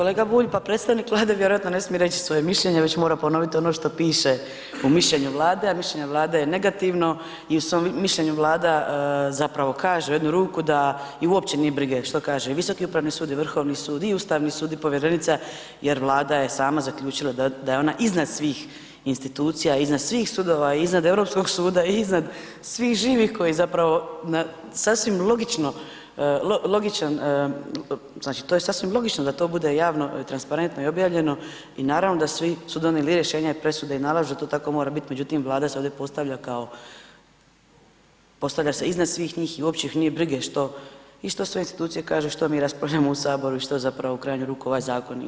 Kolega Bulj, pa predstavnik Vlade vjerojatno ne smije reći svoje mišljenje već mora ponoviti ono što piše u mišljenju Vlade a mišljenje Vlade je negativno i u svom mišljenju Vlada zapravo kaže u jednu ruku da je uopće nije briga i što kaže Visoki upravni sud, Vrhovni sud i Ustavni sud i povjerenica jer Vlada je sama zaključila da je ona iznad svih institucija, iznad svih sudova, iznad Europskog suda i iznad svih živih koji zapravo na sasvim logičan, znači to je sasvim logično da to bude javno i transparentno i objavljeno i naravno da svi ... i rješenja i presude i nalažu to tako mora bit, međutim Vlada se ovdje postavlja se iznad svih njih i uopće ih nije briga što i što sve institucije kažu i što mi raspravljamo u Saboru i što zapravo u krajnju ruku ovaj zakon i govori, hvala.